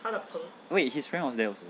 wait his friend was there also